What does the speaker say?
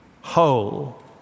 whole